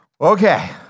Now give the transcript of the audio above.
Okay